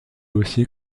aussi